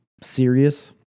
serious